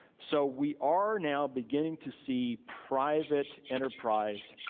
so we are now beginning to see private enterprise